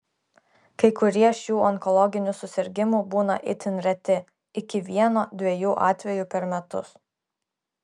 kai kurie šių onkologinių susirgimų būna itin reti iki vieno dviejų atvejų per metus